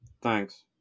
Thanks